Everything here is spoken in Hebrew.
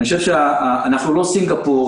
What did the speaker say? אנחנו לא סינגפור,